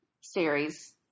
series